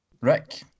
Rick